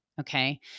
Okay